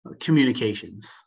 communications